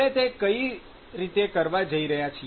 આપણે તે કઈ રીતે કરવા જઇ રહ્યા છીએ